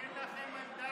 אין לכם מנדט.